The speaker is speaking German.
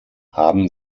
haben